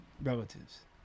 relatives